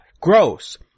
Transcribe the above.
Gross